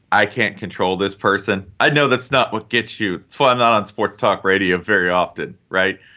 i can't control this person. i know that's not what gets you. that's why i'm not on sports talk radio very often. right.